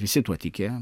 visi tuo tiki